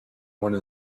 one